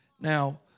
Now